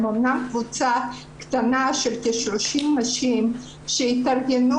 הן אמנם קבוצה קטנה של כ-30 נשים שהתארגנו